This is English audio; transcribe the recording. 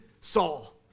Saul